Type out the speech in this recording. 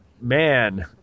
man